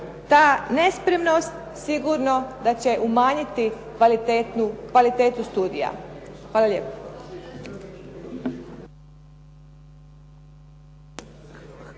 ta nespremnost sigurno da će umanjiti kvalitetu studija. Hvala lijepa.